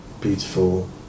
beautiful